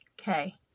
Okay